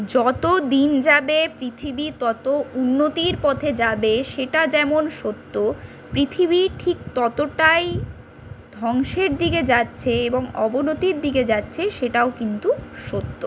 যত দিন যাবে পৃথিবী তত উন্নতির পথে যাবে সেটা যেমন সত্য পৃথিবী ঠিক ততটাই ধ্বংসের দিকে যাচ্ছে এবং অবনতির দিকে যাচ্ছে সেটাও কিন্তু সত্য